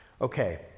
Okay